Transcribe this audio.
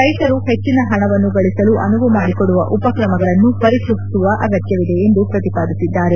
ರೈತರು ಹೆಚ್ಚಿನ ಹಣವನ್ನು ಗಳಿಸಲು ಅನುವು ಮಾಡಿಕೊಡುವ ಉಪ್ರಕ್ರಮಗಳನ್ನು ಪರಿಚಯಿಸುವ ಅಗತ್ತವಿದೆ ಎಂದು ಪ್ರತಿಪಾದಿಸಿದ್ದಾರೆ